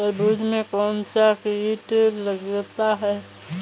तरबूज में कौनसा कीट लगता है?